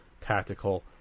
tactical